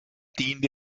diente